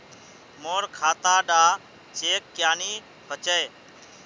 मोर खाता डा चेक क्यानी होचए?